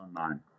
online